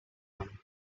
waren